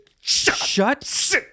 Shut